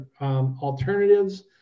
alternatives